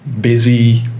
busy